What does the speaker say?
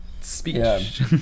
speech